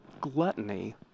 gluttony